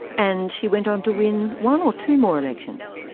and she went on to win one, or two more elections?